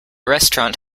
restaurant